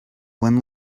when